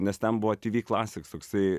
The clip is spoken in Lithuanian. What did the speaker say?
nes ten buvo tv klasiks toksai